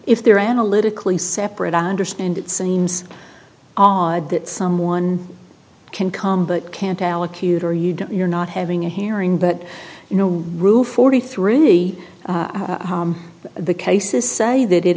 if they're analytically separate i understand it seems odd that someone can come but can't allocute or you don't you're not having a hearing but you know rue forty three the cases say that it